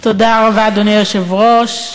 אדוני היושב-ראש,